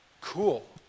cool